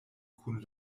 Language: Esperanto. kun